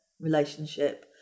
relationship